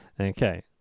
Okay